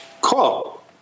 cool